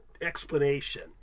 explanation